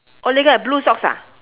oh lei ge blue socks ah